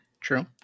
True